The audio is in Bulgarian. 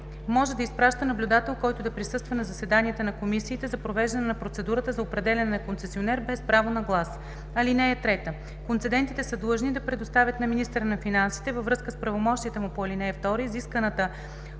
може да изпраща наблюдател, който да присъства на заседанията на комисиите за провеждане на процедурата за определяне на концесионер без право на глас. (3) Концедентите са длъжни да предоставят на министъра на финансите, във връзка с правомощията му по ал. 2, изискваната